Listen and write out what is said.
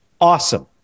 awesome